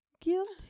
Guilty